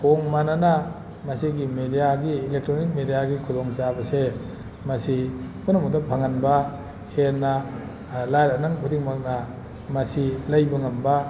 ꯊꯣꯡ ꯃꯥꯟꯅꯅ ꯃꯁꯤꯒꯤ ꯃꯦꯗꯤꯌꯥꯒꯤ ꯏꯂꯦꯛꯇ꯭ꯔꯣꯅꯤꯛ ꯃꯦꯗꯤꯌꯥꯒꯤ ꯈꯨꯗꯣꯡ ꯆꯥꯕꯁꯦ ꯃꯁꯤ ꯄꯨꯝꯅꯃꯛꯇ ꯐꯪꯍꯟꯕ ꯍꯦꯟꯅ ꯂꯥꯏꯔꯥ ꯑꯅꯪ ꯈꯨꯗꯤꯡꯃꯛꯅ ꯃꯁꯤ ꯂꯩꯕ ꯉꯝꯕ